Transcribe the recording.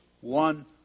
one